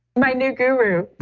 my new guru